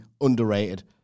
underrated